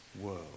world